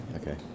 Okay